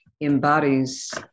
embodies